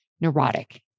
neurotic